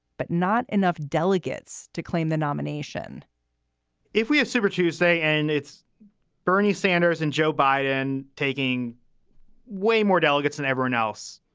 but not enough delegates to claim the nomination if we have super tuesday and it's bernie sanders and joe biden taking way more delegates and everyone else,